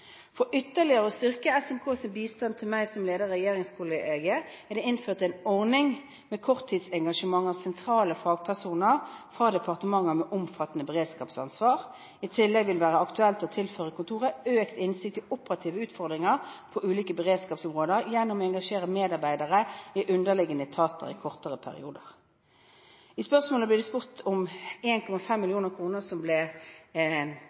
For ytterligere å styrke SMKs bistand til meg som leder av regjeringskollegiet er det innført en ordning med korttidsengasjementer av sentrale fagpersoner fra departementer med omfattende beredskapsansvar. I tillegg vil det være aktuelt å tilføre kontoret økt innsikt i operative utfordringer på ulike beredskapsområder gjennom å engasjere medarbeidere i underliggende etater i kortere perioder. I spørsmålet blir det spurt om de 1,5 mill. kr som ble